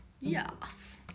Yes